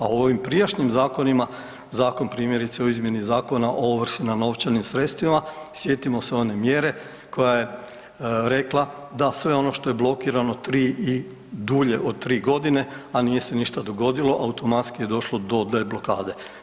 A u ovim prijašnjim zakonima, zakon primjerice o izmjeni Zakona o ovrsi na novčanim sredstvima sjetimo se one mjere koja je rekla da sve ono što je blokirano 3 i dulje od 3 godine, a nije se ništa dogodilo automatski je došlo do deblokade.